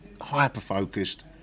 hyper-focused